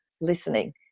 listening